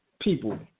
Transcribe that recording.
people